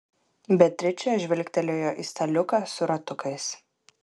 beatričė žvilgtelėjo į staliuką su ratukais